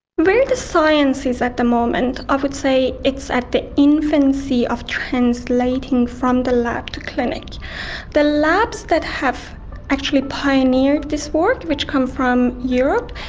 where the science is at the moment i would say it's at the infancy of translating from the lab to clinic the labs that have actually pioneered this work which come from europe,